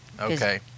Okay